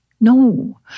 No